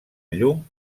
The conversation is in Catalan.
llum